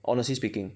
honestly speaking